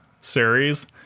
series